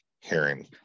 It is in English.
hearing